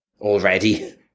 Already